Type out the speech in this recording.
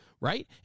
right